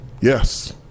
Yes